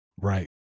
Right